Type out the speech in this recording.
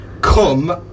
come